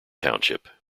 township